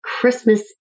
Christmas